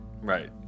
Right